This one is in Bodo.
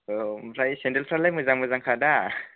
औ ओमफ्राय सेन्देलफ्रालाय मोजां मोजांखा दा